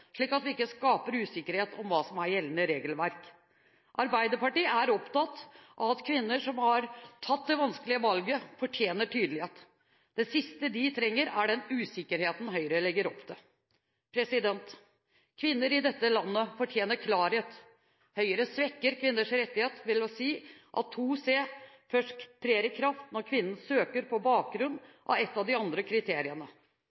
slik at vi ikke skaper usikkerhet om hva som er gjeldende regelverk. Arbeiderpartiet er opptatt av at kvinner som har tatt det vanskelige valget, fortjener tydelighet. Det siste de trenger, er den usikkerheten Høyre legger opp til. Kvinner i dette landet fortjener klarhet. Høyre svekker kvinners rettigheter ved å si at § 2 c først trer i kraft når kvinnen søker på